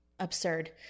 Absurd